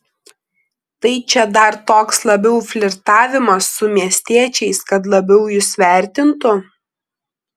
tai čia dar toks labiau flirtavimas su miestiečiais kad labiau jus vertintų